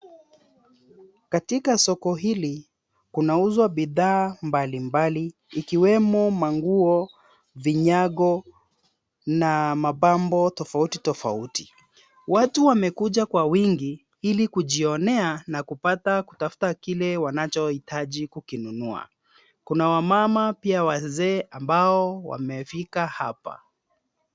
Katika soko hili kunauzwa bidhaa mbalimbali ikiwemo manguo, vinyago na mapambo tofauti tofauti. Watu wamekuja kwa wingi ili kujionea na kupata kutafuta kile wanachohitaji kukinunua. Kuna wamama pia wazee ambao wamefika hapa.